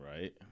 right